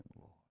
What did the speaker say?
Lord